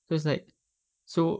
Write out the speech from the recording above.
cause like so